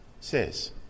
says